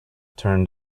turned